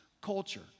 culture